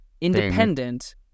independent